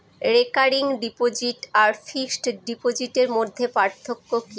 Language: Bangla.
রেকারিং ডিপোজিট আর ফিক্সড ডিপোজিটের মধ্যে পার্থক্য কি?